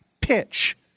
pitch